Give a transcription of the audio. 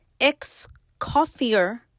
Excoffier